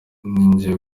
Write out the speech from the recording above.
njyiye